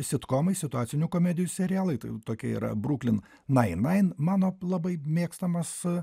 sitkomai situacinių komedijų serialai tai tokia yra bruklin nain nain mano labai mėgstamas